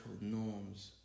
norms